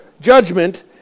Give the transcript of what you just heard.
judgment